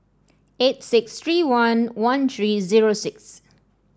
eight six three one one three zero six